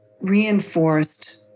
reinforced